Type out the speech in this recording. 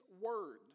word